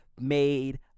Made